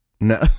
No